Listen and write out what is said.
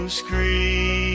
scream